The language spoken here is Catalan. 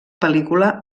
pel·lícula